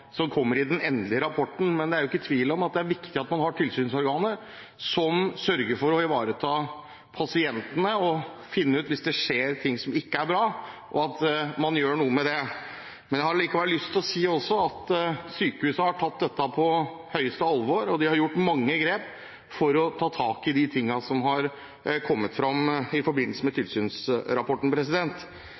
som kommer i den endelige rapporten. Det er ikke tvil om at det er viktig at man har tilsynsorganer som sørger for å ivareta pasientene, og finner ut hvis det skjer noe som ikke er bra, og gjør noe med det. Jeg har lyst til å si at sykehuset har tatt dette på største alvor og tatt mange grep for å ta tak i det som har kommet fram forbindelse med tilsynsrapporten. Men jeg har likevel lyst til å peke på at dette er ikke en tilsynsrapport som har kommet